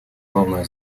главная